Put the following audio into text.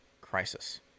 crisis